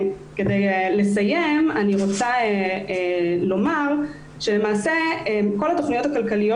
אני רוצה לומר לסיום שכל התוכניות הכלכליות